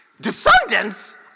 Descendants